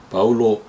Paulo